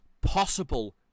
possible